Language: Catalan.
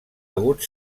hagut